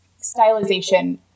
stylization